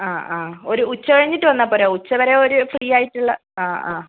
ആ ആ ഒരു ഉച്ച കഴിഞ്ഞിട്ട് വന്നാൽ പോരേ ഉച്ച വരെ ഒരു ഫ്രീ ആയിട്ടുള്ള ആ ആ